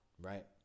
Right